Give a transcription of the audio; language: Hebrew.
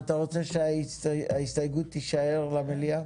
אתה רוצה שההסתייגות תונח במליאה?